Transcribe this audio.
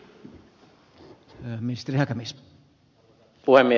arvoisa puhemies